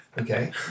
okay